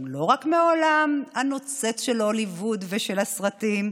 גם לא מהעולם הנוצץ של הוליווד ושל הסרטים,